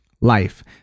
life